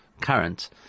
current